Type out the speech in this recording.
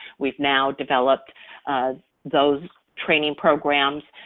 we've now developed those training programs.